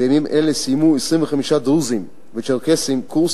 בימים אלה סיימו 25 דרוזים וצ'רקסים קורס